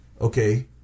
Okay